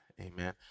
Amen